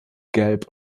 gelb